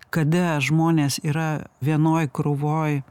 kada žmonės yra vienoj krūvoj